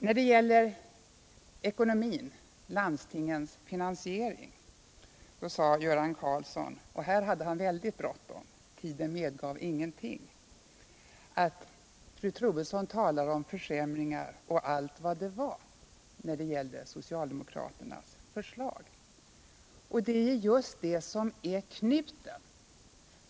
När det gäller landstingens ekonomi och finansieringen av deras verksamhet sade Göran Karlsson — och här hade han väldigt bråttom; tiden medgav ingenting — att fru Troedsson gjorde gällande att socialdemokraternas förslag skulle medföra försämringar, och allt vad det nu var. Det är just det som är knuten.